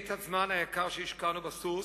את הזמן היקר השקענו בסוס,